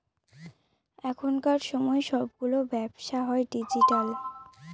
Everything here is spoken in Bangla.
এখনকার সময় সবগুলো ব্যবসা হয় ডিজিটাল